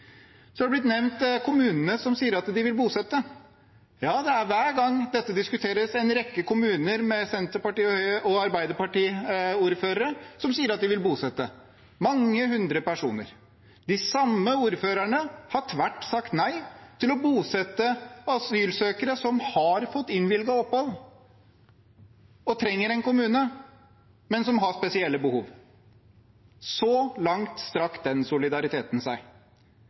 Så har man nevnt kommunene som sier at de vil bosette. Ja, hver gang dette diskuteres, er det en rekke kommuner med Senterparti- og Arbeiderparti-ordførere som sier at de vil bosette mange hundre personer. De samme ordførerne har sagt tvert nei til å bosette asylsøkere som har fått innvilget opphold og trenger en kommune, men som har spesielle behov. Så langt strakk den solidariteten seg.